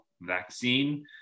vaccine